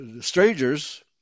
strangers